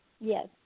Yes